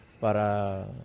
para